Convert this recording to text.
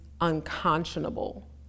unconscionable